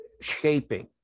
shaping